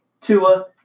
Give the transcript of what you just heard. Tua